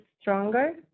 stronger